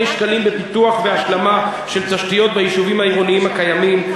שקלים בפיתוח והשלמה של תשתיות ביישובים העירוניים הקיימים.